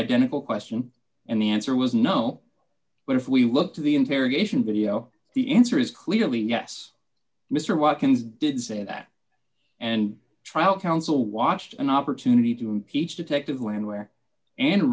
identical question and the answer was no but if we look to the interrogation video the answer is clearly yes mr watkins did say that and trial counsel watched an opportunity to impeach detective when and where an